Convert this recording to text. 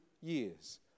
years